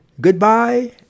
Goodbye